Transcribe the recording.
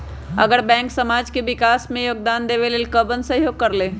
अगर बैंक समाज के विकास मे योगदान देबले त कबन सहयोग करल?